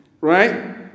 Right